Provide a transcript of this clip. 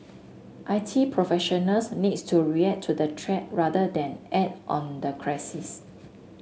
I T professionals needs to react to the threat rather than act on the crisis